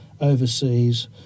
overseas